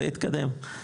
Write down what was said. זה יתקדם?